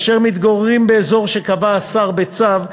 אשר מתגוררים באזור שקבע השר בצו,